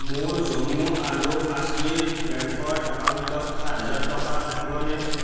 মোৰ জম্মু আৰু কাশ্মীৰ বেংকৰ একাউণ্টত সাত হাজাৰ টকা থাকিবনে